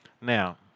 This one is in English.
Now